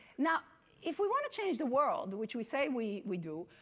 now if we want to change the world, which we say we we do,